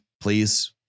please